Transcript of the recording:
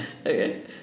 Okay